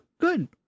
good